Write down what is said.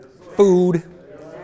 Food